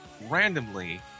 randomly